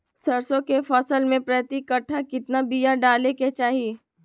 सरसों के फसल में प्रति कट्ठा कितना बिया डाले के चाही?